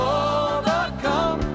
overcome